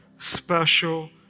special